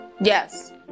Yes